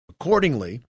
Accordingly